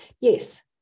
yes